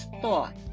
thought